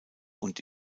und